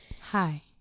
Hi